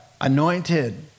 anointed